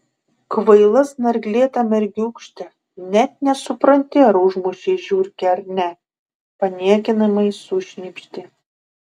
kvaila snarglėta mergiūkšte net nesupranti ar užmušei žiurkę ar ne paniekinamai sušnypštė